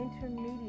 intermediate